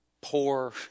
poor